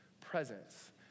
presence